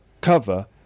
cover